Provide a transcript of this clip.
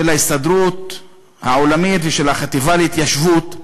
ההסתדרות העולמית ושל החטיבה להתיישבות.